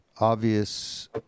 obvious